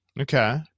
Okay